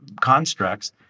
constructs